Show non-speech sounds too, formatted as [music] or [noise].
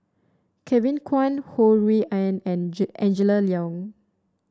Kevin Kwan Ho Rui An and [unintelligible] Angela Liong